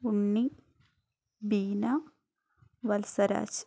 Unni Beena Valsaraj